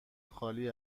خالی